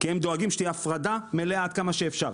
כי הם דואגים שתהיה הפרדה מלאה עד כמה שאפשר,